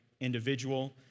individual